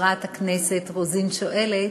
חברת הכנסת רוזין שואלת,